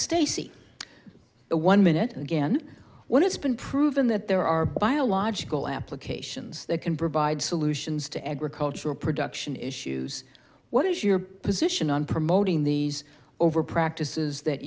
stacey one minute again when it's been proven that there are biological applications that can provide solutions to agricultural production issues what is your position on promoting these over practices that